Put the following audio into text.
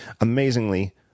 amazingly